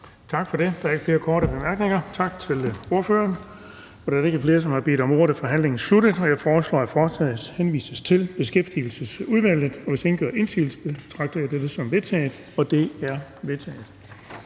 Tak for det. Der er ikke flere korte bemærkninger. Tak til ministeren. Da der ikke er flere, der har bedt om ordet, er forhandlingen sluttet. Jeg foreslår, at lovforslaget henvises til Beskæftigelsesudvalget. Hvis ingen gør indsigelse, betragter jeg dette som vedtaget. Det er vedtaget.